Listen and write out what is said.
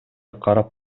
карап